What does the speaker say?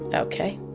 ok,